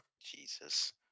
Jesus